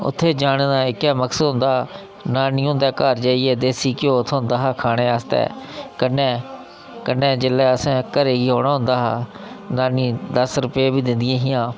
उत्थै जाने दा इक्कै मक्सद होंदा हा नानी हुंदे घर जाइयै देसी घ्यो थ्होंदा हा खाने आस्तै कन्नै कन्नै जिसलै असें घरै ई औना होंदा हा नानी दस्स रपेऽ बी दिंदियां हियां